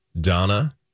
Donna